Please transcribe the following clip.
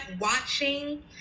watching